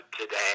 today